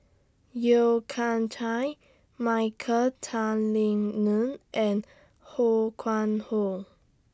Yeo Kian Chai Michael Tan Kim Nei and Ho Yuen Hoe